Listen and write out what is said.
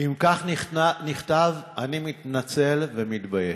אם כך נכתב, אני מתנצל ומתבייש.